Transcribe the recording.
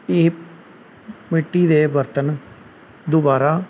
ਇਹ ਮਿੱਟੀ ਦੇ ਬਰਤਨ ਦੁਬਾਰਾ